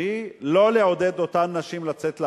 היא לא לעודד את אותן נשים לצאת לעבודה,